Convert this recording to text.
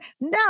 no